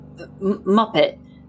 Muppet